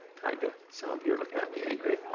kind of. some of you are looking at me angry.